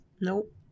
Nope